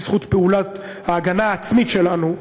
בזכות פעולת ההגנה העצמית שלנו,